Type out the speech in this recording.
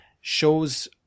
shows